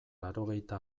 laurogeita